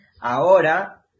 ahora